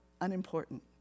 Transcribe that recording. unimportant